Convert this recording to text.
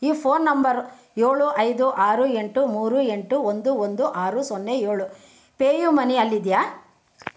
ಈ phone number ಏಳು ಐದು ಆರು ಎಂಟು ಮೂರು ಎಂಟು ಒಂದು ಒಂದು ಆರು ಸೊನ್ನೆ ಏಳು ಪೇಯುಮನಿಯಲ್ಲಿದ್ಯಾ